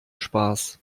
spaß